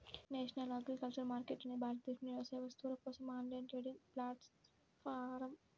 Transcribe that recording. national agriculture market అనేది భారతదేశంలోని వ్యవసాయ వస్తువుల కోసం ఆన్లైన్ ట్రేడింగ్ ప్లాట్ఫారమ్